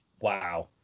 wow